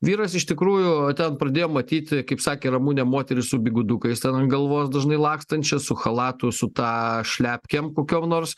vyras iš tikrųjų ten pradėjo matyti kaip sakė ramunė moteris su bigudukais ten ant galvos dažnai lakstančias su chalatu su ta šlepkėm kokiom nors